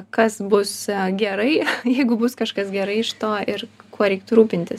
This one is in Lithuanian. kas bus gerai jeigu bus kažkas gerai iš to ir kuo reiktų rūpintis